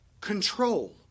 control